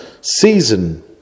season